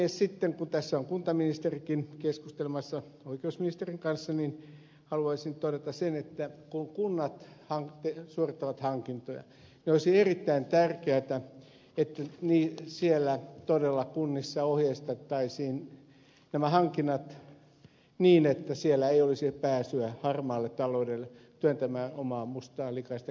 sitten kun tässä on kuntaministerikin keskustelemassa oikeusministerin kanssa haluaisin todeta sen että kun kunnat suorittavat hankintoja niin olisi erittäin tärkeätä että siellä kunnissa todella ohjeistettaisiin nämä hankinnat niin että siellä ei olisi pääsyä harmaalle taloudelle työntämään omaa mustaa likaista kättään sinne väliin